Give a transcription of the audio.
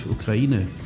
Ukraine